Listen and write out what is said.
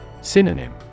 Synonym